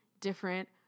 different